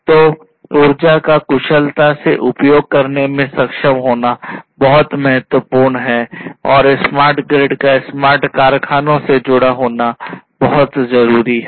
तो ऊर्जा का कुशलता से उपयोग करने में सक्षम होना बहुत महत्वपूर्ण है और स्मार्ट ग्रिड का स्मार्ट कारखानों से जुड़ा होना बहुत जरूरी है